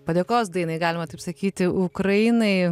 padėkos dainai galima taip sakyti ukrainai